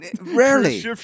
rarely